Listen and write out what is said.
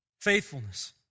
faithfulness